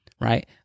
Right